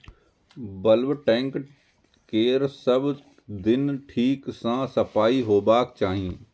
bulk tank केर सब दिन ठीक सं सफाइ होबाक चाही